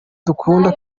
dukunda